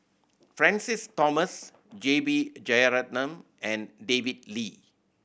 Francis Thomas J B Jeyaretnam and David Lee